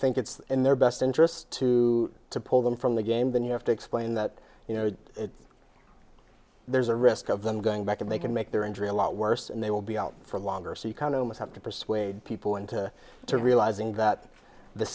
think it's in their best interests to pull them from the game then you have to explain that you know there's a risk of them going back and they can make their injury a lot worse and they will be out for longer so you have to persuade people into to realizing that the